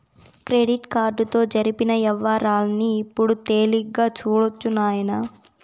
credit కార్డుతో జరిపిన యవ్వారాల్ని ఇప్పుడు తేలిగ్గా సూడొచ్చు నాయనా